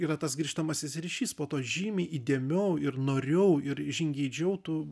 irgi yra tas grįžtamasis ryšys po to žymiai įdėmiau ir noriau ir žingeidžiu tu